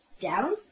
Down